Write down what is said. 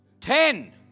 Ten